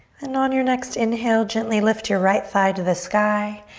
and on your next inhale, gently lift your right thigh to the sky.